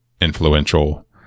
influential